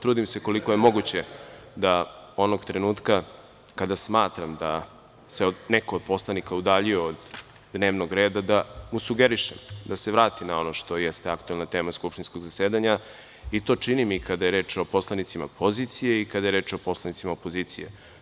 Trudim se, koliko je moguće, da onog trenutka kada smatram da se neko od poslanika udaljio od dnevnog reda da mu sugerišem da se vrati na ono što jeste aktuelna tema skupštinskog zasedanja i to činim i kada je reč o poslanicima pozicije i kada je reč o poslanicima opozicije.